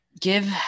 give